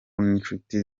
n’inshuti